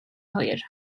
hwyr